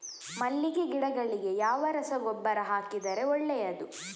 ಮಲ್ಲಿಗೆ ಗಿಡಗಳಿಗೆ ಯಾವ ರಸಗೊಬ್ಬರ ಹಾಕಿದರೆ ಒಳ್ಳೆಯದು?